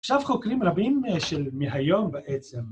עכשיו, חוקרים רבים מהיום בעצם...